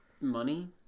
money